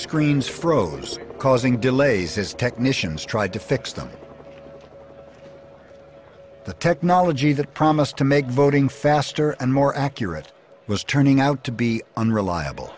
screens froze causing delays as technicians tried to fix them the technology that promised to make voting faster and more accurate was turning out to be unreliable